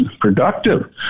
productive